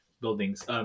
buildings